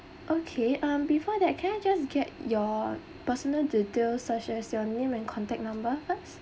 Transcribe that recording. okay um before that can I just get your personal details such as your name and contact number